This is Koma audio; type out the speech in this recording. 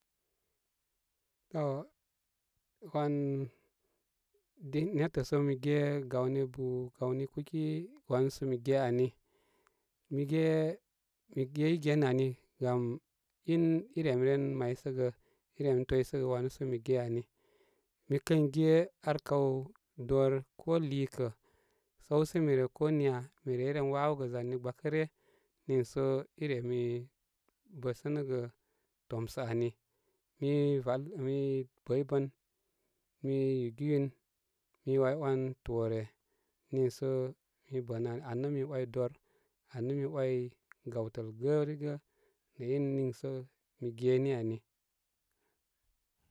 Ə'h wan din netə' sə mi ge gawni bu gawni kuki wanu sə ge am mi ye, mi geygen ani gam i remren maysə gə, i rem toysəgə wanu sə mige awi mikə ge ar kaw dorko liikə səw si mi rə koniyami reyre wawogə zani gbakə ryə niisə i remi bəsə gə tom sə ani mi rat, mi bəybən, i yūgiyun mi wai wan toore niisə mi reyre wawogə zani gbakə ryə niisə i re mi bəsə gə tom sə ani mi rato, mi bəybən, mi yugiyun. Mi waywan toore nii sə mi bənə an nə mi way dor, an nə mi way gawtəl gərigə nə' in niisə mi gen ani.